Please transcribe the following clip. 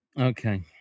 Okay